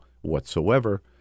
whatsoever